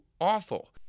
awful